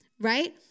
right